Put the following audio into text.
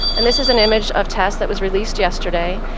and this is an image of tess that was released yesterday.